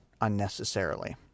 unnecessarily